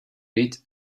beat